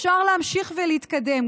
אפשר להמשיך ולהתקדם,